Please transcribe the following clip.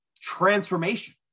transformation